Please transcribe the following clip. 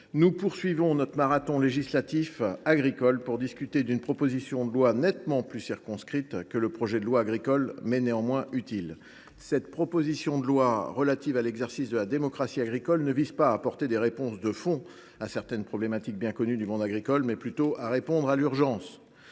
nous poursuivons notre marathon législatif agricole pour discuter d’une proposition de loi qui est nettement plus circonscrite que le projet de loi d’orientation, mais qui est tout à fait utile. Cette proposition de loi relative à l’exercice de la démocratie agricole vise non pas à apporter des réponses de fond à certaines problématiques bien connues du monde agricole, mais plutôt à répondre à l’urgence.